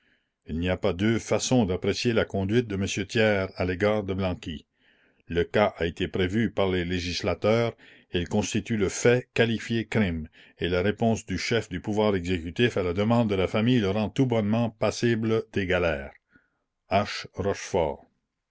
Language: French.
il n'y a pas deux façons d'apprécier la conduite de m thiers à l'égard de blanqui le cas a été prévu par les législateurs elle constitue le fait qualifié crime et la réponse du chef du pouvoir exécutif à la demande de la famille le rend tout bonnement passible des galères